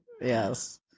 Yes